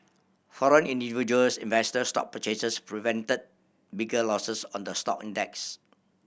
foreign and individuals investor stock purchases prevented bigger losses on the stock index